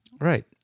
Right